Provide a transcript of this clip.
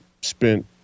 spent